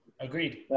Agreed